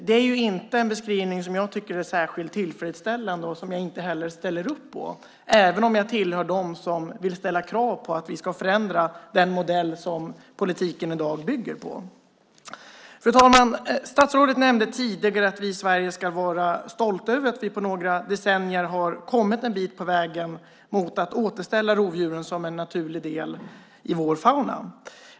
Det är en beskrivning som jag inte tycker är särskilt tillfredsställande och som jag inte ställer upp på, även om jag tillhör dem som vill ställa krav på att vi ska förändra den modell som politiken i dag bygger på. Fru talman! Statsrådet nämnde tidigare att vi i Sverige ska vara stolta över att vi på några decennier har kommit en bit på vägen mot att återställa rovdjuren som en naturlig del i vår fauna.